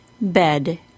Bed